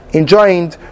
enjoined